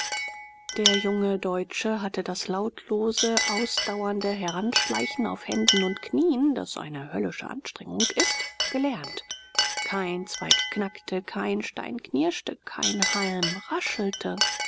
der junge deutsche hatte das lautlose ausdauernde heranschleichen auf händen und knien das eine höllische anstrengung ist gelernt kein zweig knackte kein stein knirschte kein halm raschelte